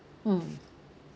mm